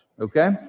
okay